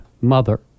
mother